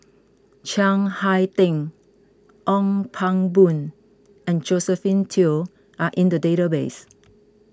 Chiang Hai Ding Ong Pang Boon and Josephine Teo are in the database